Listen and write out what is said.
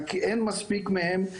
רק אין מספיק מהם,